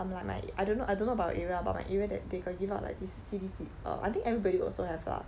um like my I don't know I don't know about your area ah but my area that they got give out like this C_D_C err I think everybody also have lah